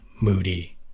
Moody